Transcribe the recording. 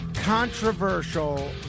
controversial